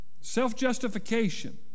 Self-justification